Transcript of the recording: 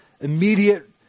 immediate